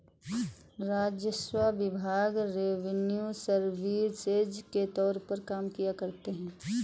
राजस्व विभाग revenue services के तौर पर काम करता है